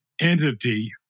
entity